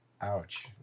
Ouch